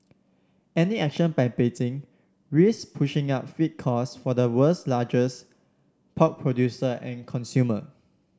any action by Beijing risk pushing up feed costs for the world's largest pork producer and consumer